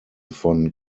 von